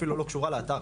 אפילו לא קשורה לאתר,